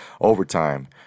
Overtime